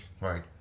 Right